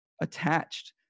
attached